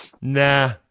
nah